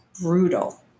brutal